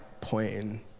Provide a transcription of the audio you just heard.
pointing